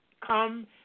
come